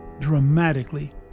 dramatically